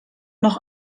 noch